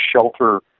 shelter